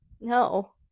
no